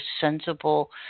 sensible